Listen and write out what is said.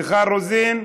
מיכל רוזין,